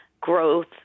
growth